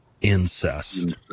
Incest